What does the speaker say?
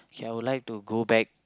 I would like to go back